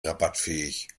rabattfähig